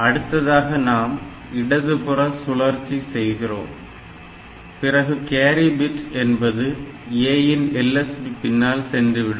அடுத்ததாக நாம் இடது புற சுழற்சி செய்கிறோம் பிறகு கேரி பிட் என்பது A இன் LSB பின்னால் சென்றுவிடும்